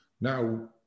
Now